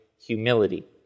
humility